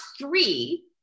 three